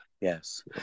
Yes